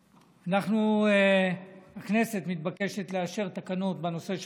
אנחנו, הכנסת מתבקשת לאשר תקנות בנושא הקורונה,